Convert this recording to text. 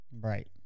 right